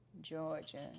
Georgia